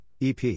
EP